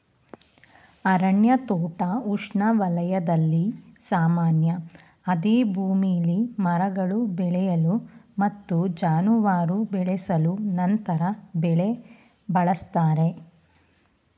ಅರಣ್ಯ ತೋಟ ಉಷ್ಣವಲಯದಲ್ಲಿ ಸಾಮಾನ್ಯ ಅದೇ ಭೂಮಿಲಿ ಮರಗಳು ಬೆಳೆಗಳು ಮತ್ತು ಜಾನುವಾರು ಬೆಳೆಸಲು ಅಂತರ ಬೆಳೆ ಬಳಸ್ತರೆ